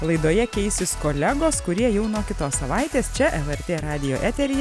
laidoje keisis kolegos kurie jau nuo kitos savaitės čia lrt radijo eteryje